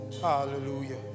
Hallelujah